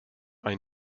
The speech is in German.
ein